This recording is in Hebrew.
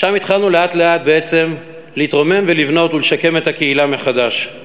שם התחלנו לאט-לאט בעצם להתרומם ולשקם ולבנות את הקהילה מחדש.